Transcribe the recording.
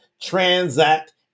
transact